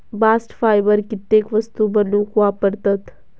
bast fibre कित्येक वस्तू बनवूक वापरतत